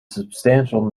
substantial